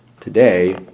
Today